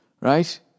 right